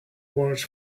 words